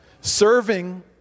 Serving